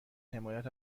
حمایت